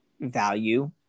value